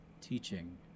teaching